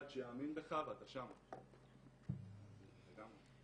אחד שיאמין בך ואתה שם, לגמרי.